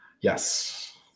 Yes